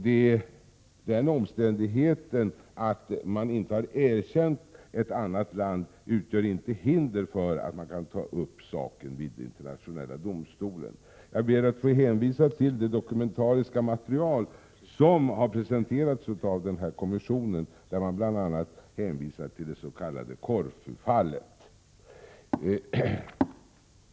Men den omständigheten att man inte har erkänt ett annat land utgör inte något hinder för att kunna ta upp frågan vid Internationella domstolen. Jag ber att få hänvisa till det dokumentariska material som har presenterats av kommissionen, där man bl.a. hänvisar till det s.k. Korfufallet.